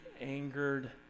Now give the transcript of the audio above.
angered